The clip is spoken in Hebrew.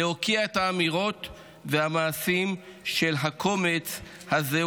להוקיע את האמירות והמעשים של הקומץ הזה,